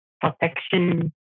protection